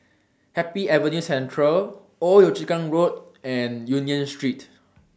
Happy Avenue Central Old Yio Chu Kang Road and Union Street